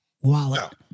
wallet